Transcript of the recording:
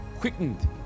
quickened